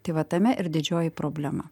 tai va tame ir didžioji problema